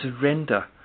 surrender